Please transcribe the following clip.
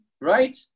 right